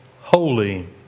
holy